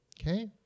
Okay